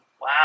Wow